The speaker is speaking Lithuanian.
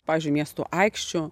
pavyzdžiui miestų aikščių